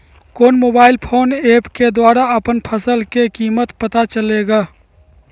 कौन mobile phone app के द्वारा अपन फसल के कीमत पता चलेगा?